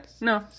No